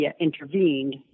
intervened